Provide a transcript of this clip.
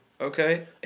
Okay